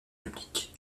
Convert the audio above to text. public